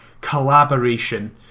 collaboration